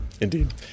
indeed